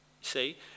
See